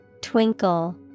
Twinkle